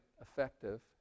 effective